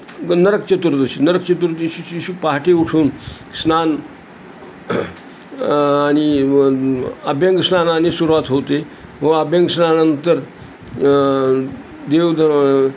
नरक चतुर्दशी नरक चतुर्थशीच्या दिवशी पहाटे उठून स्नान आ आणि अभ्यंग स्नानाने सुरुवात होते व अभ्यंग स्नानानंतर देवद